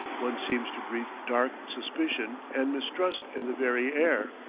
one seems to breathe dark suspicion and mistrust in the very air.